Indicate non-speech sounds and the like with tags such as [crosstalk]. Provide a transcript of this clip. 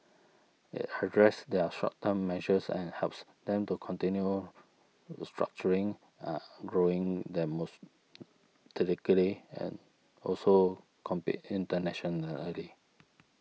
it addresses their short term measures and helps them to continue structuring and growing [unintelligible] and also compete internationally